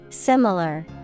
Similar